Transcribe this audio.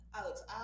Alex